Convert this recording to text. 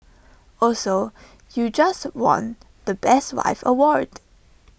also you just won the best wife award